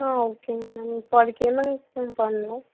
ஆ ஓகேங்க மேம் இப்போ அதுக்கு என்னங்க மேம் பண்ணும்